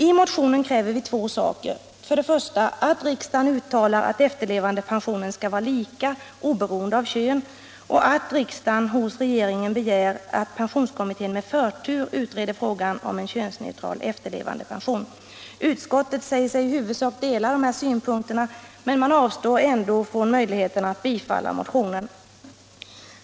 I motionen kräver vi två saker: för det första att riksdagen uttalar att efterlevandepensionen skall vara lika, oberoende av kön, och för det andra att riksdagen hos regeringen begär att pensionskommittén med förtur utreder frågan om en könsneutral efterlevandepension. Utskottet säger sig i huvudsak dela våra synpunkter men avstår ändå från möjligheten att tillstyrka motionen.